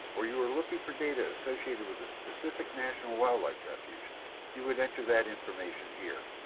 or you are looking for data associated with a specific national wildlife refuge you would enter that information here.